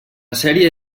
sèrie